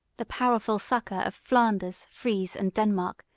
the powerful succor of flanders, frise, and denmark,